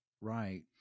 right